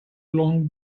long